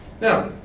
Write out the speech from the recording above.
Now